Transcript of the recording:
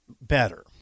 Better